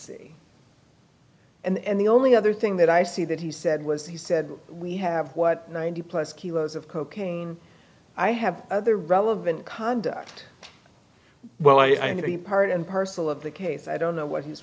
c and the only other thing that i see that he said was he said we have what ninety plus kilos of cocaine i have other relevant conduct well i had a part and parcel of the case i don't know what he was